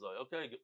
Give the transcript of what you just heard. okay